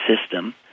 system